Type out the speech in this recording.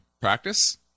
practice